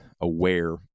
aware